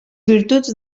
virtuts